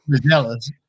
jealous